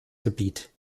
gebiet